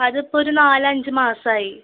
അതിപ്പമൊരു നാല് അഞ്ച് മാസമായി